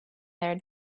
their